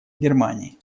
германии